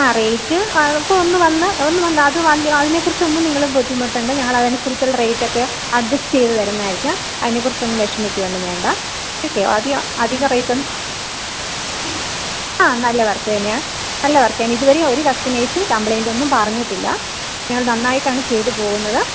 ആ റെയ്റ്റ് ഇപ്പോൾ ഒന്ന് വന്ന് ഒന്ന് വന്ന് അത് അതിനെകുറിച്ചൊന്നും നിങ്ങൾ ബുദ്ധിമുട്ടേണ്ട ഞങ്ങൾ അതനുസരിച്ചുള്ള റെയ്റ്റ് ഒക്കെ അഡ്ജസ്റ്റ് തരുന്നതായിരിക്കും അതിനെ കുറിച്ചൊന്നും വിഷമിക്കുകയൊന്നും വേണ്ട ഓക്കെ അധിക അധിക റേറ്റ് ഒന്നും ആ നല്ല വർക്ക് തന്നെയാണ് നല്ല വർക്ക് തന്നെ ഇതുവരെയും കസ്റ്റമേഴ്സ് കംപ്ലെയ്ൻറ്റ് ഒന്നും പറഞ്ഞിട്ടില്ല ഞങ്ങൾ നന്നായിട്ടാണ് ചെയ്തു പോകുന്നത്